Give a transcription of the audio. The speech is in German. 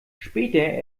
später